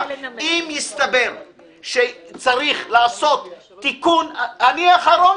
אם יסתבר שצריך לעשות תיקון, אני האחרון